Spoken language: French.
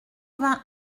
vingt